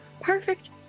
Perfect